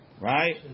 right